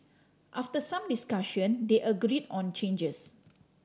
after some discussion they agreed on changes